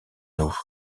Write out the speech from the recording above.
eau